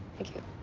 thank you.